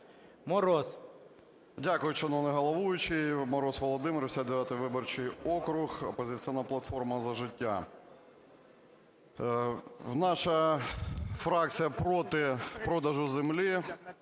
В.В. Дякую, шановний головуючий. Мороз Володимир, 59 виборчий округ, "Опозиційна платформа - За життя". Наша фракція проти продажу землі,